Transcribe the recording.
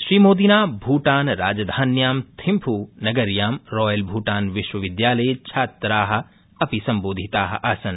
श्रीमोदिना भूटानराजधान्यां थिम्फू नगयीं रॉयलभृटानविश्वविद्यालये छात्रा अपि सम्बोधिता आसन्